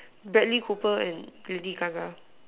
Bradley Cooper and Lady Gaga